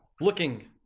looking